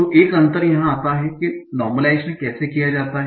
तो एक अंतर यह आता है कि नार्मलाइजेशन कैसे किया जाता है